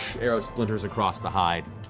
arrow splinters across the hide,